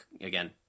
again